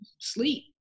sleep